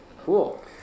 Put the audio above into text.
Cool